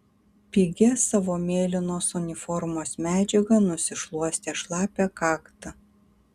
pigia savo mėlynos uniformos medžiaga nusišluostė šlapią kaktą